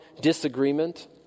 disagreement